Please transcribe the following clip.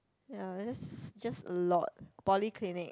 ya just just a lot polyclinic